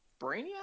Brainiac